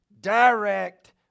Direct